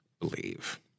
believe